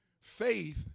faith